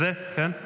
אני